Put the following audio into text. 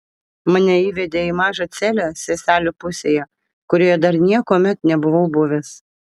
mane įvedė į mažą celę seselių pusėje kurioje dar niekuomet nebuvau buvęs